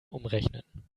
umrechnen